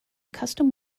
custom